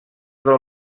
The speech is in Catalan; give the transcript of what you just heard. del